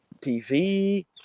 TV